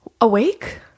Awake